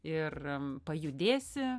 ir pajudėsi